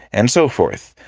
and so forth,